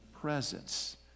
presence